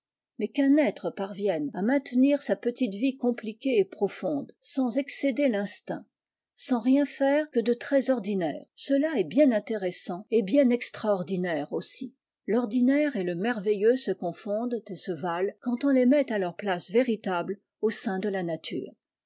mais qu'un être parvienne à maintenir sa petite vie compliquée et profonde sai excéder tinstinct sans rien faire que de trr ordinaire cela est bien intéressant et bi extraordinaire aussi l'ordinaire et le merveil leux se confondent et se valent quand on les mot à leur place véritable au sein de la nature